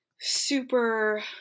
super